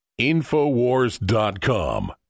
InfoWars.com